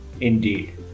Indeed